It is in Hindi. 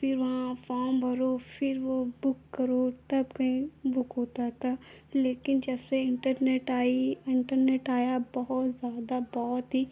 फिर वहाँ फॉर्म भरो फिर वह बुक करो तब कहीं बुक होता था लेकिन जबसे इन्टरनेट आई इन्टरनेट आया बहुत ज़्यादा बहुत ही